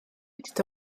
était